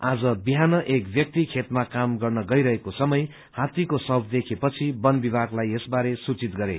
आज बिहान एक व्यक्ति खेतमा काम गर्न गइरहेका समय हायीको शव देखेपछि बन विभागलाई यसबारे सूचित गरे